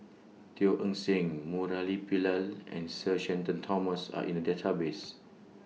Teo Eng Seng Murali Pillai and Sir Shenton Thomas Are in The Database